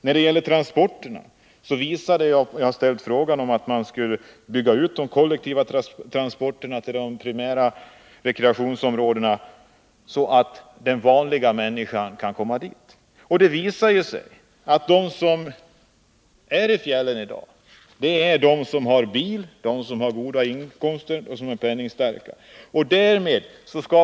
När det gäller transporterna har jag talat om en utbyggnad av de kollektiva transporterna till de primära rekreationsområdena, så att den vanliga människan kan komma dit. Det visar sig att de som i dag reser till fjällen är de som har bil och de som har goda inkomster eller som på annat sätt är penningstarka.